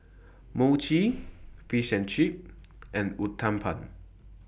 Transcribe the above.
Mochi Fish and Chips and Uthapam